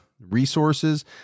resources